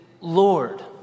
Lord